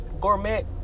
gourmet